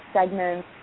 segments